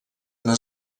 una